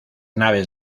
naves